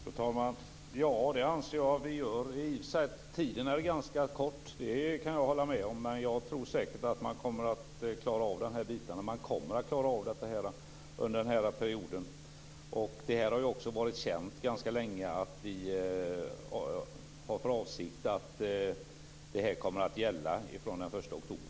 Fru talman! Ja, det anser jag att vi gör. I och för sig kan jag hålla med om att tiden är ganska knapp, men jag tror säkert att man kommer att klara av det hela under den korta tid man har på sig. Det har ganska länge varit känt att vår avsikt är att lagen skall gälla från den 1 oktober.